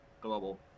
Global